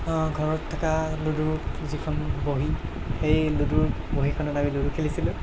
ঘৰত থকা লুডুৰ যিখন বহী সেই লুডুৰ বহীখনত আমি লুডু খেলিছিলোঁ